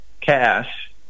cash